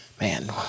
Man